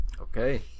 Okay